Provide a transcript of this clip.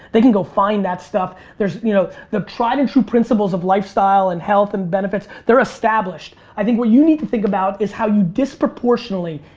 they can go find that stuff, there's you know the tried and true principles of lifestyle and health and benefits. they're established. i think what you need to think about is how you disproportionally,